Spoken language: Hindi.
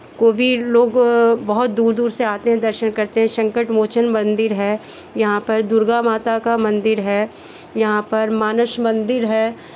को भी लोग बहुत दूर दूर से आते हैं दर्शन करते हैं संकट मोचन मंदिर है यहाँ पर दुर्गा माता का मंदिर है यहाँ पर मानस मंदिर है